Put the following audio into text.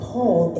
Paul